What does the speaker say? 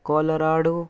colorado